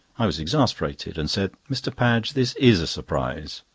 i was exasperated, and said mr. padge, this is a surprise.